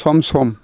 सम सम